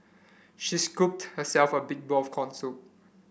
she scooped herself a big bowl of corn soup